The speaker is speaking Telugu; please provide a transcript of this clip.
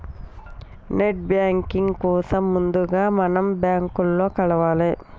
నెట్ బ్యాంకింగ్ కోసం ముందుగా మనం బ్యాంకులో కలవాలే